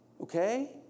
Okay